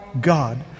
God